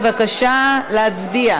בבקשה להצביע.